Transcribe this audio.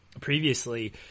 previously